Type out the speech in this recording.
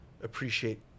appreciate